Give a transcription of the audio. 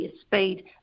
speed